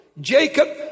Jacob